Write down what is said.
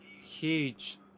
huge